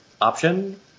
option